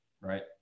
Right